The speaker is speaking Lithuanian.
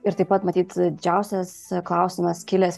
ir taip pat matyt didžiausias klausimas kilęs